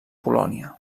polònia